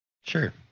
Sure